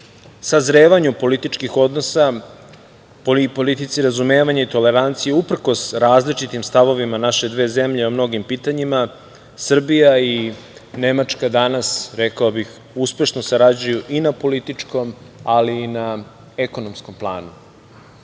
sazrevanju političkih odnosa i politici razumevanja i tolerancije, uprkos različitim stavovima naše dve zemlje o mnogim pitanjima, Srbija i Nemačka danas, rekao bih, uspešno sarađuju i na političkom, ali i na ekonomskom planu. Mislim